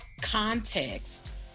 context